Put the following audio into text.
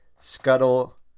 scuttle